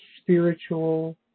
spiritual